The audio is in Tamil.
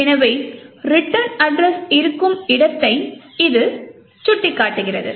எனவே ரிட்டர்ன் அட்ரஸ் இருக்கும் இடத்தை அது சுட்டிக்காட்டுகிறது